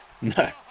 No